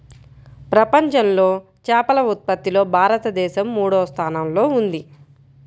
ప్రపంచంలో చేపల ఉత్పత్తిలో భారతదేశం మూడవ స్థానంలో ఉంది